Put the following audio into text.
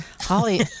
Holly